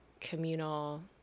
communal